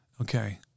okay